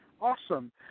Awesome